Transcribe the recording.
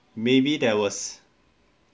maybe that was